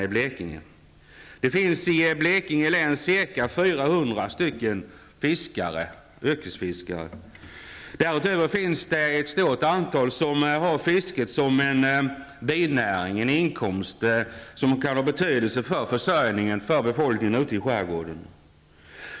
I Blekinge län finns ca 400 yrkesfiskare. Därutöver har ett stort antal personer fisket som en biinkomst, vilket kan ha betydelse för försörjningen hos befolkningen ute i skärgården.